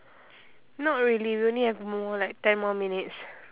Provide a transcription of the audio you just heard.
not really we only have more like ten more minutes